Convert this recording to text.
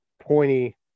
pointy